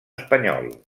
espanyol